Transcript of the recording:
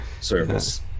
Service